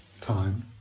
time